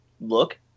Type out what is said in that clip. look